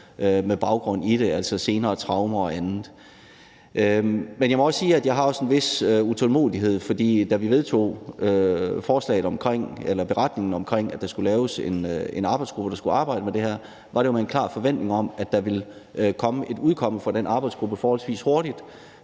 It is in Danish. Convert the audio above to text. med baggrund i det – altså senere traumer og andet. Men jeg må også sige, at jeg har en vis utålmodighed, for da vi vedtog beretningen om, at der skulle laves en arbejdsgruppe, der skulle arbejde med det her, var det med en klar forventning om, at der ville komme et udkomme fra den arbejdsgruppe forholdsvis hurtigt,